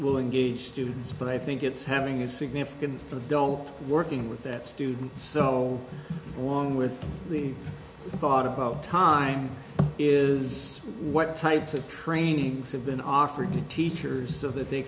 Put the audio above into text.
willing gauge students but i think it's having a significant for the adult working with that student so long with the thought about time is what types of training said been offered to teachers so that they